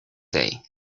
day